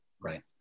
Right